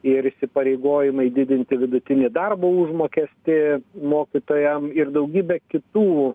ir įsipareigojimai didinti vidutinį darbo užmokestį mokytojam ir daugybė kitų